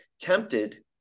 tempted